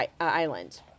island